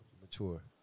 mature